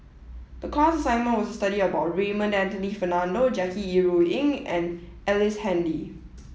the class assignment was to study about Raymond Anthony Fernando Jackie Yi Ru Ying and Ellice Handy